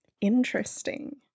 Interesting